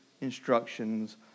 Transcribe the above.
instructions